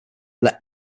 let